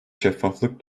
şeffaflık